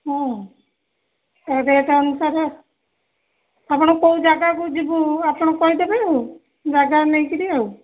ହଁ ଏ ରେଟ୍ ଅନୁସାରେ ଆପଣ କେଉଁ ଜାଗାକୁ ଯିବୁ ଆପଣ କହି ଦେବେ ଆଉ ଜାଗା ନେଇକରି ଆଉ